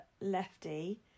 lefty